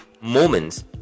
moments